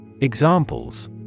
Examples